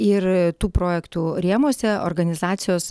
ir tų projektų rėmuose organizacijos